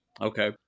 okay